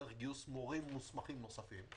ודרך גיוס מורים מוסמכים נוספים.